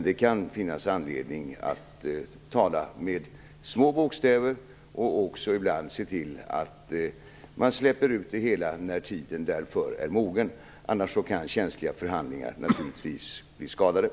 Det kan finnas anledning att tala med små bokstäver och också ibland se till att man släpper ut det hela när tiden därför är mogen, för annars kan känsliga förhandlingar, naturligtvis, skadas.